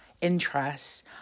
interests